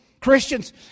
Christians